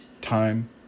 time